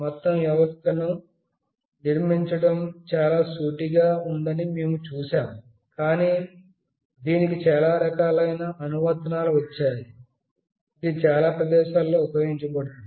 మొత్తం వ్యవస్థను నిర్మించడం చాలా సూటిగా ఉందని మేము చూశాము కానీ దీనికి చాలా రకాలైన అనువర్తనాలు వచ్చాయి దీనిని చాలా ప్రదేశములో ఉపయోగించవచ్చు